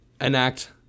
enact